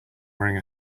wearing